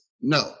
no